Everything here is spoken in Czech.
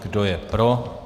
Kdo je pro?